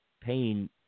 paying